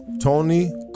Tony